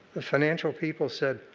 the financial people said,